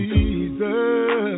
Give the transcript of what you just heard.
Jesus